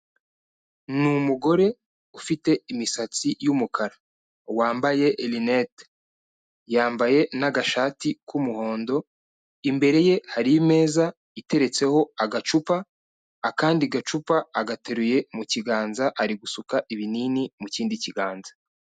Ni umugore ufite imisatsi y'umukara, wambaye rinete, yambaye n'agashati k'umuhondo, imbere ye hari imeza iteretseho agacupa, akandi gacupa agateruye mu kiganza, ari gusuka ibinini mu kindi kiganza.